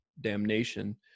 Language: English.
damnation